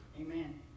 Amen